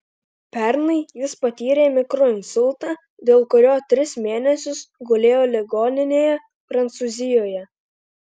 pernai jis patyrė mikroinsultą dėl kurio tris mėnesius gulėjo ligoninėje prancūzijoje